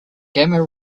gamma